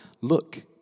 Look